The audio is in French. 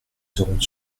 serons